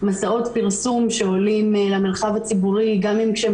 מסעות פרסום שעולים למרחב הציבורי גם כשהם